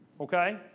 okay